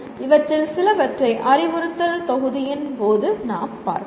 இவற்றில் சிலவற்றை அறிவுறுத்தல் தொகுதியின் போது நாம் பார்ப்போம்